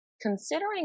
considering